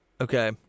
Okay